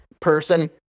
person